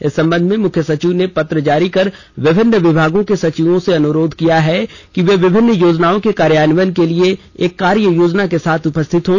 इस संबंध में मुख्य सचिव ने पत्र जारी कर विभिन्न विभागों के सचिवों से अनुरोध किया है कि वे विभिन्न योजनाओं के कार्यान्वयन के लिए एक कार्य योजना के साथ उपस्थित हों